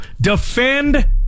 defend